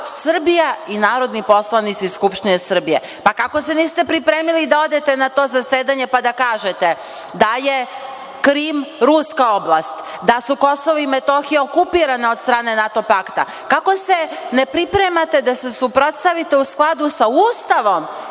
Srbija i narodni poslanici Skupštine Srbije. Kako se niste pripremili da odete na to zasedanje, pa da kažete da je Krim ruska oblast, da su KiM okupirana od strane NATO pakta, kako se ne pripremate da se suprotstavite u skladu sa Ustavom